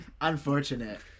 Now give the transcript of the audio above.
Unfortunate